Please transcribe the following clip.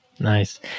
Nice